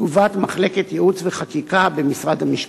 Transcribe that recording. תגובת מחלקת ייעוץ וחקיקה במשרד המשפטים: